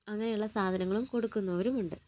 അങ്ങനെയുള്ള സാധനങ്ങളും കൊടുക്കുന്നവരും ഉണ്ട്